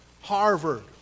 Harvard